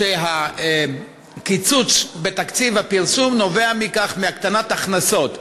שהקיצוץ בתקציב הפרסום נובע מהקטנת הכנסות.